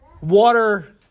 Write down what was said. water